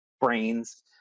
brains